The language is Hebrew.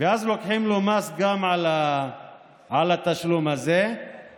לוקחים לו מס גם על התשלום הזה,